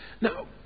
Now